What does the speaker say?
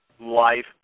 life